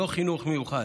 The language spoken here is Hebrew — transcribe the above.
לא חינוך מיוחד.